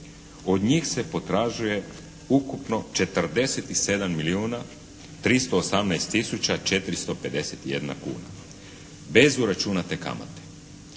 Od njih se potražuje ukupno 47 milijuna 318 tisuća 451 kuna bez uračunate kamate.